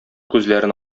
күзләрен